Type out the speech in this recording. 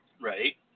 Right